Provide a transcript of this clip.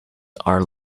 are